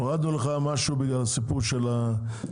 הורדנו לך כמה אחוזים בגלל הסיפור של המחירים,